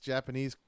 Japanese